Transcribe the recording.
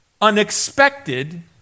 unexpected